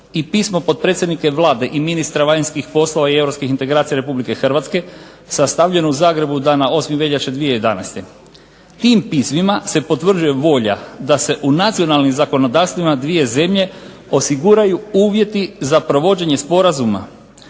i pismo potpredsjednika Vlade i ministra vanjskih poslova i europskih integracija Republike Hrvatske sastavljen u Zagrebu dana 8. veljače 2011. Tim pismima se potvrđuje volja da se u nacionalnim zakonodavstvima dvije zemlje osiguraju uvjeti za provođenje sporazuma.